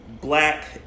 black